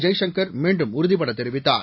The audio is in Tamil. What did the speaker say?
ஜெய்சங்கர் மீண்டும் உறதிபட தெரிவித்தார்